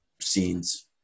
scenes